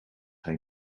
hij